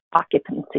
occupancy